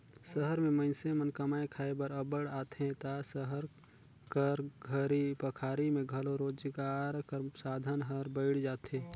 सहर में मइनसे मन कमाए खाए बर अब्बड़ आथें ता सहर कर घरी पखारी में घलो रोजगार कर साधन हर बइढ़ जाथे